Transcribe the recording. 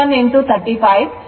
9848 ಆಗುತ್ತದೆ